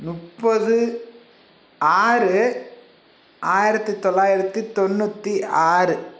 முப்பது ஆறு ஆயிரத்தி தொள்ளாயிரத்தி தொண்ணூற்றி ஆறு